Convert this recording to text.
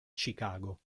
chicago